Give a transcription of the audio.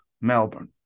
Melbourne